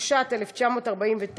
התש"ט 1949,